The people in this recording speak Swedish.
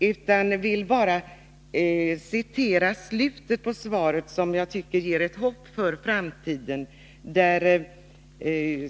Jag vill bara citera slutet på svaret, som jag tycker ger hopp för framtiden.